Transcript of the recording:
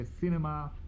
cinema